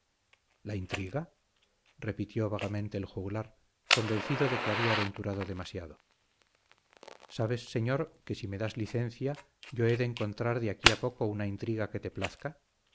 la intriga repitió vagamente el juglar convencido de que había aventurado demasiado sabes señor que si me das licencia yo he de encontrar de aquí a poco una intriga que te plazca